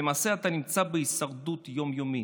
ולמעשה אתה נמצא בהישרדות יום-יומית,